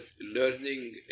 learning